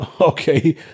Okay